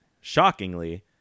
shockingly